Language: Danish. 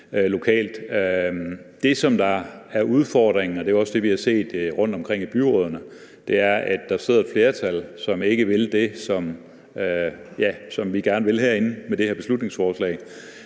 Det, som er udfordringen, og det er også det, vi har set rundtomkring i byrådene, er, at der sidder et flertal, som ikke vil det, som vi gerne vil herinde med det her beslutningsforslag.